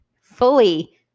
fully